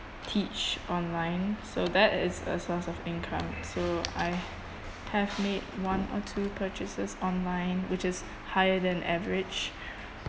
teach online so that is a source of income so I have made one or two purchases online which is higher than average